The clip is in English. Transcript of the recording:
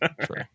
true